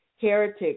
heretics